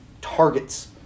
targets